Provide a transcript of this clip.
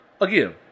Again